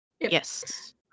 Yes